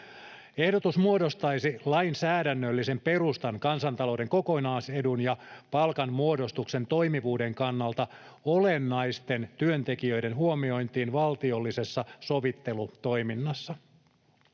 Ehdotus muodostaisi lainsäädännöllisen perustan kansantalouden kokonaisedun ja palkanmuodostuksen toimivuuden kannalta olennaisten tekijöiden huomiointiin valtiollisessa sovittelutoiminnassa.